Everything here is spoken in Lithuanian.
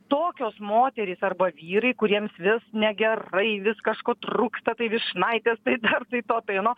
tokios moterys arba vyrai kuriems vis negerai viskas kažko trūksta tai vyšnaitės tai tai to tai ano